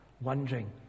wondering